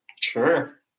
Sure